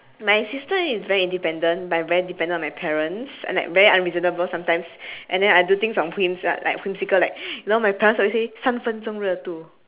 my sister is very independent but I'm very dependent on my parents and like very unreasonable sometimes and then I do things on whims ah like whimsical like you know my parents always say 三分钟热度